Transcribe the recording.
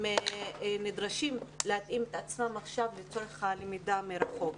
הם נדרשים להתאים את עצמם עכשיו לצורך הלמידה מרחוק.